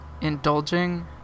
indulging